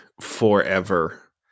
forever